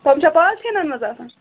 تِم چھا پالتھیٖنن منٛز آسان